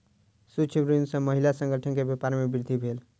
सूक्ष्म ऋण सॅ महिला संगठन के व्यापार में वृद्धि भेल